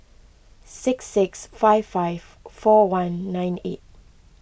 six six five five four one nine eight